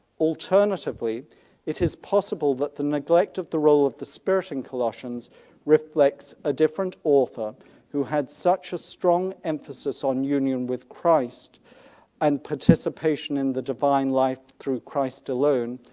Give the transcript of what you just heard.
alternatively it is possible that the neglect of the role of the spirit in colossians reflects a different author who had such a strong emphasis on union with christ and participation in the divine life through christ alone,